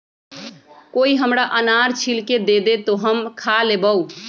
कोई हमरा अनार छील के दे दे, तो हम खा लेबऊ